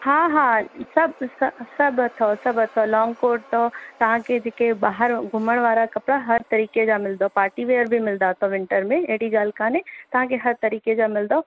हा हा सभु स सभु अथव सभु अथव लॉंग कुर्तो तव्हांखे जेके ॿाहिरि घुमण वारा कपिड़ा हर तरीक़े जा मिलंदव पार्टी वेयर जा बि मिलंदा अथव विंटर में अहिड़ी ॻाल्हि काने तव्हांखे हर तरीक़े जा मिलंदव